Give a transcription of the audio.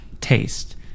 Taste